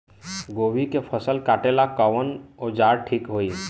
गोभी के फसल काटेला कवन औजार ठीक होई?